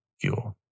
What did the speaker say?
fuel